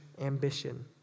ambition